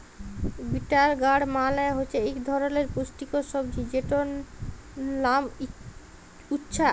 bitter gourd মালে হছে ইক ধরলের পুষ্টিকর সবজি যেটর লাম উছ্যা